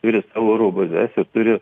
turi savo oro bazes ir turi